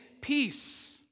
peace